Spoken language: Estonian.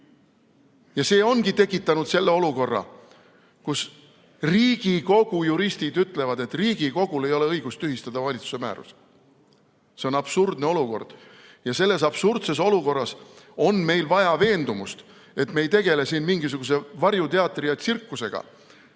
Ja see ongi tekitanud selle olukorra, kus Riigikogu juristid ütlevad, et Riigikogul ei ole õigust tühistada valitsuse määrust. See on absurdne olukord ja selles absurdses olukorras on meil vaja veendumust, et me ei tegele siin mingisuguse varjuteatri ja tsirkusega.